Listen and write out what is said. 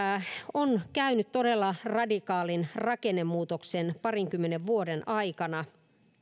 on käynyt läpi todella radikaalin rakennemuutoksen parinkymmenen vuoden aikana